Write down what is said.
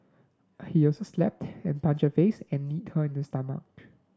he also slapped and punched her face and kneed her in the stomach